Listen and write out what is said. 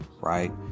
right